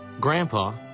Grandpa